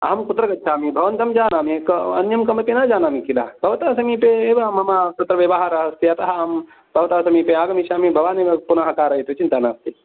अहं कुत्र गच्छामि भवन्तं जानामि अन्यं कमपि न जानामि खिल भवतः समीपे एव मम तत्र व्यवहारः अस्ति अतः अहं भवतः समीपे आगमिष्यामि भवानेव पुनः कारयतु चिन्ता नास्ति